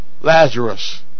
Lazarus